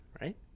right